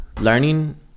learning